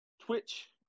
Twitch